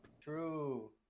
True